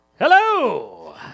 Hello